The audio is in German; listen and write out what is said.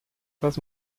das